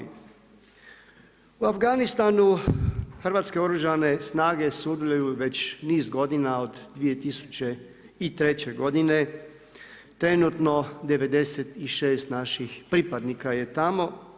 U Afganistanu Hrvatske oružane snage sudjeluju već niz godina od 2003. godine, trenutno 96 naših pripadnika je tamo.